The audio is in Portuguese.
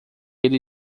ele